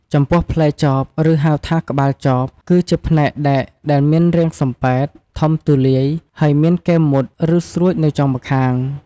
ចំពោះផ្លែចប ឬហៅថា ក្បាលចប គឺជាផ្នែកដែកដែលមានរាងសំប៉ែត ធំទូលាយ ហើយមានគែមមុត ឬស្រួចនៅចុងម្ខាង។